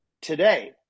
today